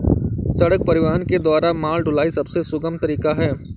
सड़क परिवहन के द्वारा माल ढुलाई सबसे सुगम तरीका है